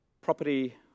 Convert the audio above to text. property